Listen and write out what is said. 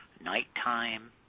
nighttime